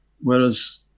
whereas